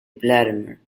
vladimir